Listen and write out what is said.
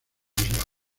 delgados